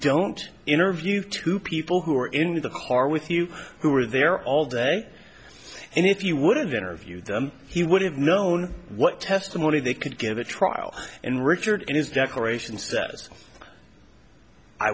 don't interview two people who are in the car with you who were there all day and if you would have interviewed them he would have known what testimony they could give a trial and richard in his declarations that i